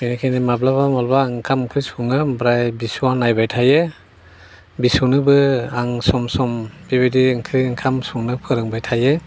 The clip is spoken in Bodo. बेनिखायनो माब्लाबा माब्लाबा आं ओंखाम ओंख्रि सङो ओमफ्राय फिसौआ नायबाय थायो फिसौनोबो आं सम सम बेबायदि ओंख्रि ओंखाम संनो फोरोंबाय थायो